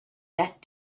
that